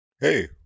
hey